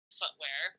footwear